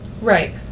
Right